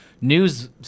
news